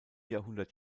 jahrhundert